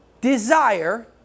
desire